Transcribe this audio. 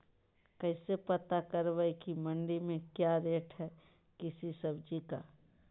कैसे पता करब की मंडी में क्या रेट है किसी सब्जी का?